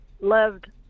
loved